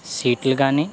సీట్లు కానీ